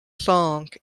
songs